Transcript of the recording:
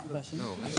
בבקשה.